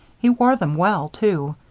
he wore them well, too.